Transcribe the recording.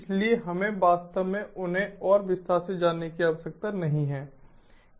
इसलिए हमें वास्तव में उन्हें और विस्तार से जानने की आवश्यकता नहीं है